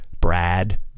Brad